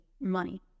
money